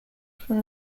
from